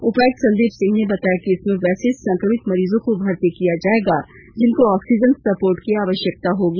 उपायुक्त संदीप सिंह ने बताया कि इसमें वैसे संक्रमित मरीजों को भर्ती किया जायेगा जिनको ऑक्सीजन सपोर्ट की आवश्यकता होगी